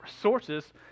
sources